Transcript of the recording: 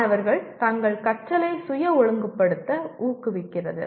மாணவர்கள் தங்கள் கற்றலை சுய ஒழுங்குபடுத்த ஊக்குவிக்கிறது